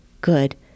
good